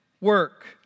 work